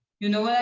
you know